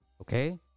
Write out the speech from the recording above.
Okay